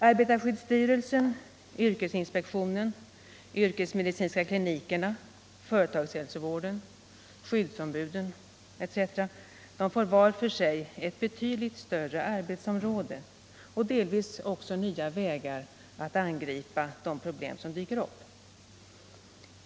Arbetarskyddsstyrelsen, yrkesinspektionen, yrkesmedicinska klinikerna, företagshälsovården, skyddsombuden etc. får var för sig ett betydligt större arbetsområde och delvis också nya vägar att angripa de problem som dyker upp.